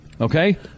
Okay